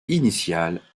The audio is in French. initiales